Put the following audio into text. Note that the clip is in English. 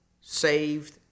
saved